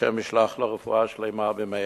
השם ישלח לו רפואה שלמה במהרה.